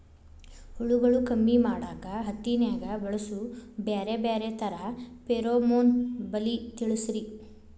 ಹುಳುಗಳು ಕಮ್ಮಿ ಮಾಡಾಕ ಹತ್ತಿನ್ಯಾಗ ಬಳಸು ಬ್ಯಾರೆ ಬ್ಯಾರೆ ತರಾ ಫೆರೋಮೋನ್ ಬಲಿ ತಿಳಸ್ರಿ